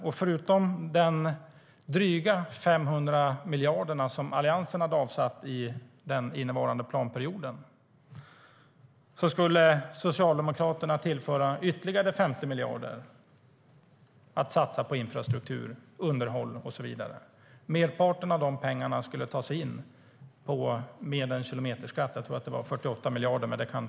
Utöver de dryga 500 miljarder som Alliansen hade avsatt i den innevarande planperioden skulle Socialdemokraterna tillföra ytterligare 50 miljarder att satsa på infrastruktur, underhåll och så vidare. Merparten av de pengarna skulle tas in med en kilometerskatt. Jag tror att det var 48 miljarder.